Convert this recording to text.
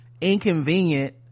inconvenient